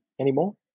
anymore